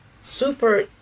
super